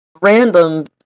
Random